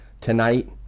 tonight